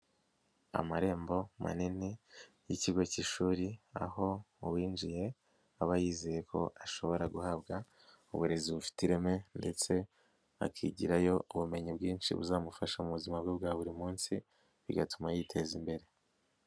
Amarembo manini y'ikigo k'ishuri aho uwinjiye aba yizeye ko ashobora guhabwa uburezi bufite ireme ndetse akigirayo ubumenyi bwinshi buzamufasha mu buzima bwe bwa buri munsi bigatuma yiteza imbere.